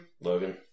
Logan